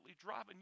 driving